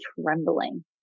trembling